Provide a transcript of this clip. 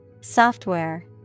Software